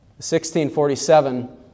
1647